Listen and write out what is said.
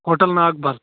hotel ناگ بَل